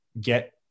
get